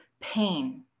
pain